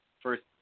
first